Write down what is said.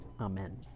Amen